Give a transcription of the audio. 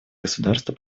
государства